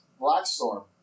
Blackstorm